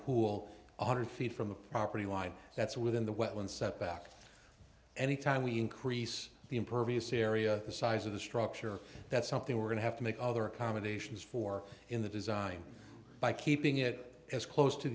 pool one hundred feet from the property line that's within the wetland set back any time we increase the impervious area the size of the structure that's something we're going to have to make other accommodations for in the design by keeping it as close to